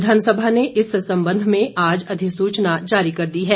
विधानसभा ने इस संबंध में आज अधिसूचना जारी कर दी है